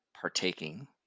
partaking